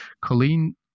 colleen